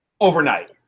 overnight